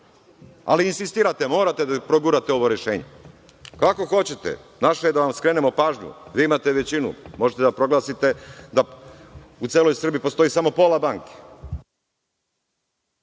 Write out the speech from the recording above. Ali, insistirate, morate da progurate ovo rešenje. Kako hoćete, naše je da vam skrenemo pažnju, vi imate većinu, možete da proglasite da u celoj Srbiji postoji samo pola banke.